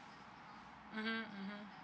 mmhmm mmhmm